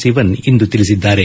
ಸಿವನ್ ಇಂದು ತಿಳಿಸಿದ್ದಾರೆ